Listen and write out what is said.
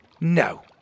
No